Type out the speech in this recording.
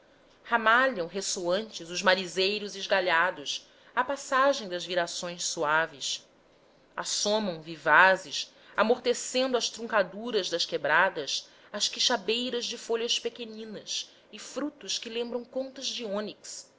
refertos ramalham ressoantes os marizeiros esgalhados à passagem das virações suaves assomam vivazes amortecendo as truncaduras das quebradas as quixabeiras de folhas pequeninas e frutos que lembram contas de ônix